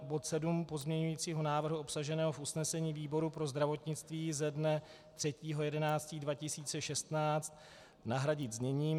Bod 7 pozměňujícího návrhu obsaženého v usnesení výboru pro zdravotnictví ze dne 3. 11. 2016 nahradit zněním: